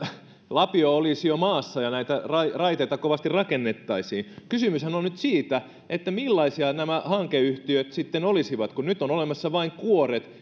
lapio olisi jo maassa ja näitä raiteita kovasti rakennettaisiin kysymyshän on on nyt siitä millaisia nämä hankeyhtiöt sitten olisivat kun nyt on olemassa vain kuoret